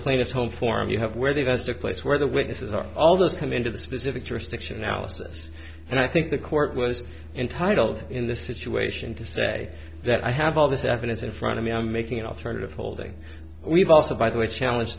plaintiff's home form you have where they've asked a place where the witnesses are all those come into the specific jurisdiction alice and i think the court was entitled in this situation to say that i have all this evidence in front of me i'm making an alternative folding we've also by the way challenge